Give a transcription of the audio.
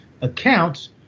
accounts